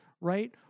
right